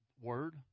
word